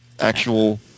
actual